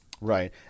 Right